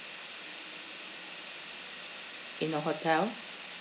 in your hotel